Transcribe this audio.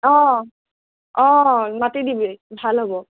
অঁ অঁ মাতি দিবি ভাল হ'ব